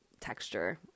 texture